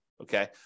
Okay